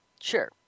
Sure